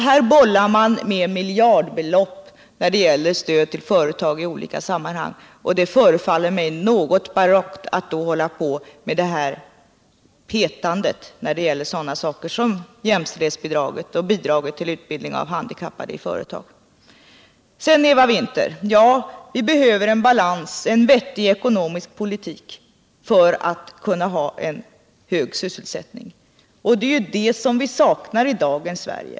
Här bollar man med miljardbelopp när det gäller stöd till företag i olika sammanhang, varför det förefaller mig barockt att då hålla på med ett petande när det gäller sådana saker som jämställdhetsbidraget och bidraget till utbildning av handikappade i företagen. Vi behöver en balans och en vettig ekonomisk politik föratt kunna ha en hög sysselsättning, Eva Winther. Det är det som vi saknar i dagens Sverige.